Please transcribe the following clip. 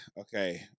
Okay